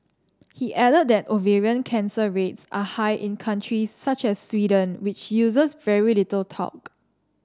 he added that ovarian cancer rates are high in countries such as Sweden which uses very little talc